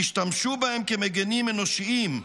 תשתמשו בהם כמגינים אנושיים,